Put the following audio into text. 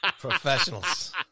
Professionals